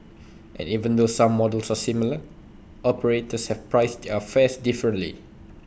and even though some models are similar operators have priced their fares differently